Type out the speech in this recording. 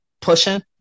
pushing